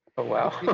oh wow.